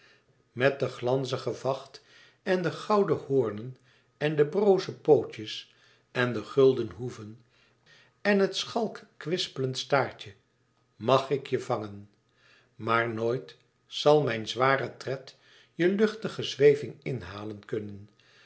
met den glanzigen vacht en de gouden hoornen en de broze pootjes en de gulden hoeven en het schalk kwispelend staartje màg ik je vangen maar nooit zal mijn zware tred je luchtige zweving inhalen kunnen